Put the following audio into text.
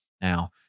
Now